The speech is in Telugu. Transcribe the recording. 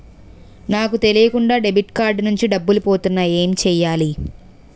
నాకు తెలియకుండా డెబిట్ కార్డ్ నుంచి డబ్బులు పోతున్నాయి ఎం చెయ్యాలి?